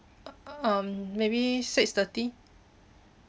um maybe six thirty